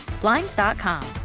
blinds.com